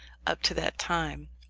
up to that time.